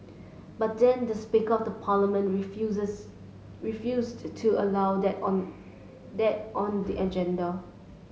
but then the speaker of the parliament refused to allow that on that on the agenda